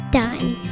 done